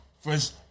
First